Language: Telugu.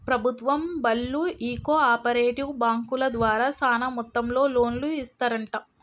ప్రభుత్వం బళ్ళు ఈ కో ఆపరేటివ్ బాంకుల ద్వారా సాన మొత్తంలో లోన్లు ఇస్తరంట